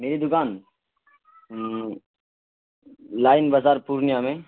میری دکان لائن بازار پورنیہ میں